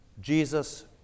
Jesus